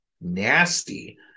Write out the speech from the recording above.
nasty